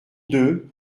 deux